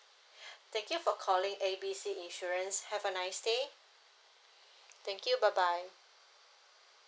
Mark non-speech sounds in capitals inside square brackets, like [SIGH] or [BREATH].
[BREATH] thank you for calling A B C insurance have a nice day thank you bye bye